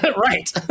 right